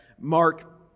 Mark